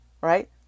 right